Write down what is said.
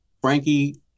Frankie